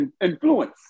influence